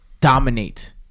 dominate